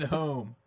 home